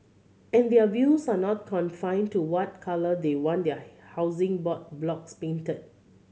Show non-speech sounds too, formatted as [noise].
and their views are not confined to what colour they want their [unintelligible] Housing Board blocks painted